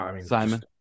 Simon